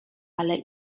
ale